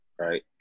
Right